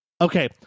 Okay